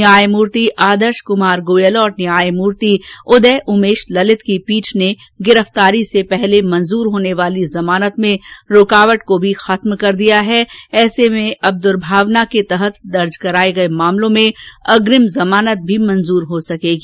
न्यायमूर्ति आदर्श कुमार गोयल और न्यायमूर्ति उदय उमेश ललित की पीठ ने गिरफ्तारी से पहले मंजूर होने वार्ली जमानत में रूकावट को भी खत्म कर दिया हैं ऐसे में अब दुर्मावना के तहत दर्ज कराये गये मामलों में अग्रिम जमानत भी मंजूर हो सकेगी